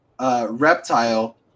Reptile